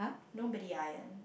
nobody iron